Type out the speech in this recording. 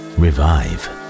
revive